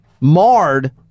Marred